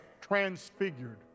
transfigured